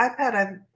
iPad